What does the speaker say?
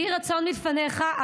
יהי רצון מלפניך,